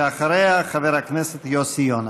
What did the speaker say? ואחריה, חבר הכנסת יוסי יונה.